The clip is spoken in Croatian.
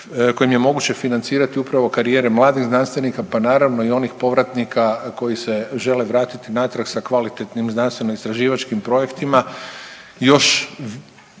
kojim je moguće financirati upravo karijere mladih znanstvenika, pa naravno i onih povratnika koji se žele vratiti natrag sa kvalitetnim znanstvenoistraživačkim projektima